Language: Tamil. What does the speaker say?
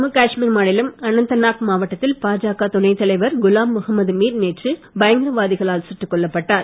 ஜம்மு காஷ்மீர் மாநிலம் அனந்த்நாக் மாவட்டத்தில் பாஜக துணைத்தலைவர் குலாம்முகம்மது மீர் நேற்று பயங்கரவாதிகளால் சுட்டுக் கொல்லப்பட்ட்டார்